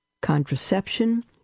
Contraception